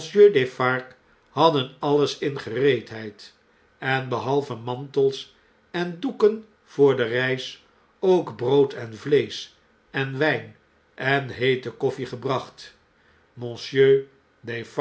hadden alles in gereedheid en behalve mantels en doeken voor de reis ook brood en vleesch en wijn en heete koffie gebracht